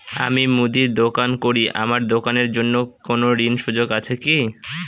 আমি মুদির দোকান করি আমার দোকানের জন্য কোন ঋণের সুযোগ আছে কি?